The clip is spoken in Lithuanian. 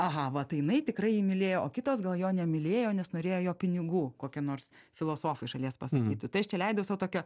aha va tai jinai tikrai jį mylėjo o kitos gal jo nemylėjo nes norėjo jo pinigų kokia nors filosofai iš šalies pasakytų tai aš čia leidau sau tokio